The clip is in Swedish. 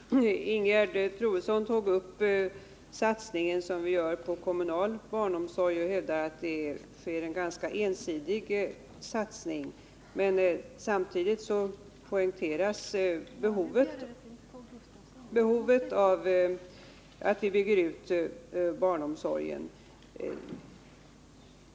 Herr talman! Ingegerd Troedsson hävdar att den satsning som vi gör på kommunal barnomsorg är ganska ensidig. Men samtidigt poängteras behovet av att vi bygger ut barnomsorgen.